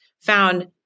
found